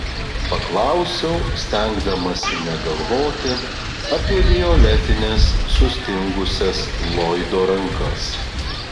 paklausiau stengdamasi negalvoti apie violetines sustingusias loydo rankas